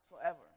forever